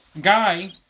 guy